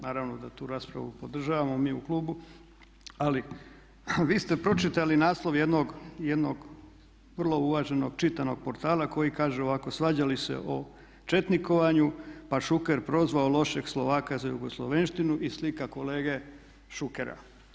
Naravno da tu raspravu podržavamo mi u klubu ali vi ste pročitali naslov jednog vrlo uvaženog čitanog portala koji kaže ovako: "Svađali se o četnikovanju pa Šuker prozvao lošeg Slovaka za jugoslovenštvinu i slika kolege Šukera.